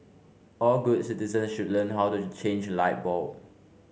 all good citizens should learn how to change a light bulb